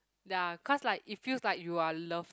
ya cause like it feels like you are loved